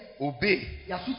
Obey